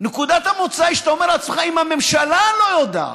נקודת המוצא היא שאתה אומר לעצמך: אם הממשלה לא יודעת,